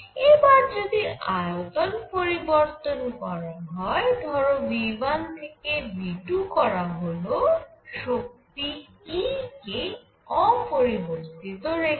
এবার যদি আয়তন পরিবর্তন করা হয় ধরো V1 থেকে V2 করা হল শক্তি E কে অপরিবর্তিত রেখে